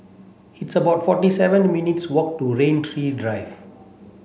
it's about forty seven minutes' walk to Rain Tree Drive